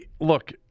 look